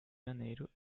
janeiro